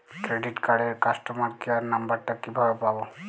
Credit কার্ডের customer care number টা কিভাবে পাবো?